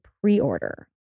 pre-order